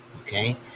Okay